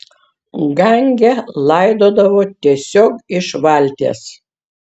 gange laidodavo tiesiog iš valties